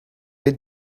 did